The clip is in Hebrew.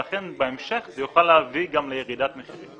ולכן, בהמשך, זה יוכל להביא גם לירידת מחירים.